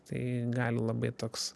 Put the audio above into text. tai gali labai toks